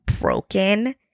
broken